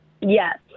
Yes